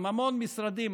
עם המון משרדים,